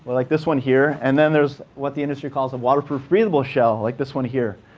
but like this one here. and then there's what the industry calls a waterproof breathable shell, like this one here.